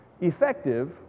effective